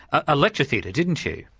a lecture theatre, didn't you?